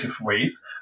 ways